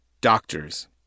Doctors